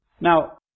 Now